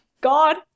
God